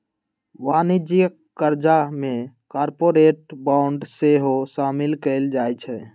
वाणिज्यिक करजा में कॉरपोरेट बॉन्ड सेहो सामिल कएल जाइ छइ